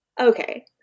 Okay